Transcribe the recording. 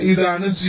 ഇതാണ് g